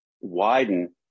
widen